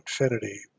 infinity